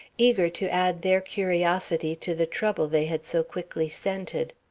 eager to add their curiosity to the trouble they had so quickly scented.